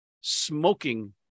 smoking